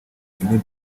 guinée